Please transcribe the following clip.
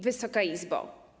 Wysoka Izbo!